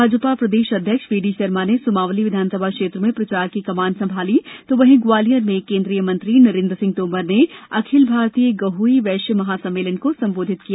भाजपा प्रदेश अध्यक्ष V D Sharma ने सुमावली विधानसभा क्षेत्र में प्रचार की कमान संभाली तो वहीं ग्वालियर में केंद्रीय मंत्री नरेन्द्र सिंह तोमर ने अखिल भारतीय गहोई वैश्य महासम्मेलन को संबोधित किया